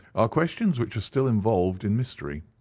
are questions which are still involved in mystery.